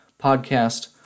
podcast